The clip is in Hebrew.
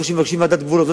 כשמבקשים ועדת גבולות,